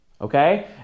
Okay